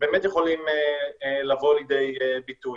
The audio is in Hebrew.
באמת יכולים לבוא לידי ביטוי.